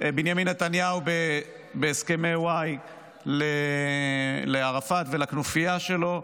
בנימין נתניהו בהסכמי וואי לערפאת ולכנופייה שלו.